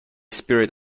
spirit